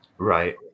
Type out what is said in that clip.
right